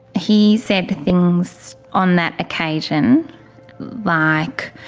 he said things on that occasion like,